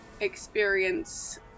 experience